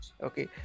okay